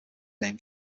name